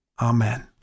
Amen